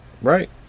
Right